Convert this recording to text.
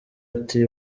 ati